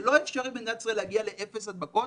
זה לא אפשרי במדינת ישראל להגיע לאפס הדבקות.